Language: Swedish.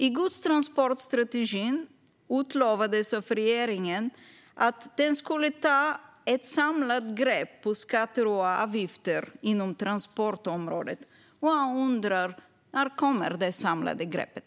I godstransportstrategin utlovades att regeringen skulle ta ett samlat grepp om skatter och avgifter inom transportområdet, och jag undrar: När kommer det samlade greppet?